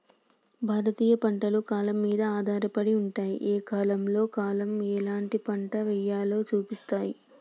భారతీయ పంటలు కాలం మీద ఆధారపడి ఉంటాయి, ఏ కాలంలో కాలం ఎలాంటి పంట ఎయ్యాలో సూపిస్తాయి